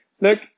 look